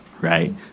Right